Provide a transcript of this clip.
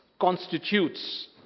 constitutes